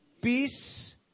peace